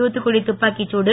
தூத்துக்குடி துப்பாக்கி தடு